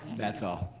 that's all.